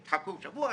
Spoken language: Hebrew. חכו שבוע,